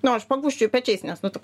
nu aš pagūžčioju pečiais nes nu toks